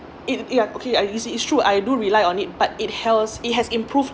it it okay it it's true I do rely on it but it helps it has improved